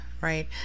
Right